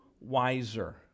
wiser